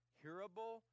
hearable